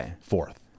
fourth